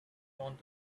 want